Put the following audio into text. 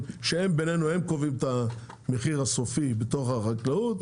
שהם קובעים את המחיר הסופי בתוך החקלאות,